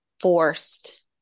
forced